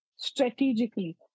strategically